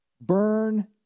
Burn